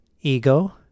ego